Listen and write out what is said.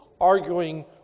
arguing